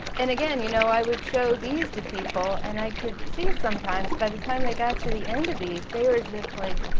and again, you know, i would show these to people and i could see sometimes, by the time they got to the end of these they were just like,